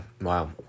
wow